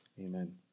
Amen